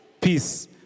peace